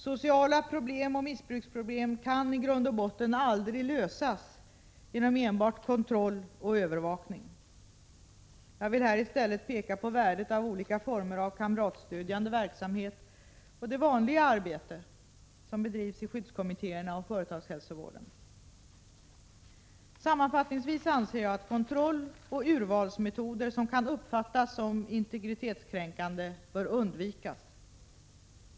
Sociala problem och missbruksproblem kan i grund och botten aldrig lösas genom enbart kontroll och övervakning. Jag vill här i stället peka på värdet av olika former av kamratstödjande verksamhet och det vanliga arbete som bedrivs i skyddskommittéerna och företagshälsovården. Sammanfattningsvis anser jag att kontrolloch urvalsmetoder som kan uppfattas som integritetskränkande bör undvikas.